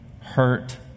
hurt